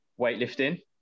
weightlifting